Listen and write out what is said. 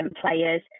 players